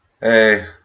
Hey